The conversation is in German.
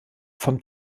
vom